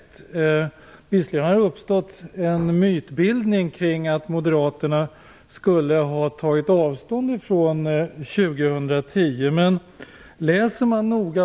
Det har visserligen uppstått en mytbildning kring att Moderaterna skulle ha tagit avstånd från uttalandet om år 2010 som slutpunkt.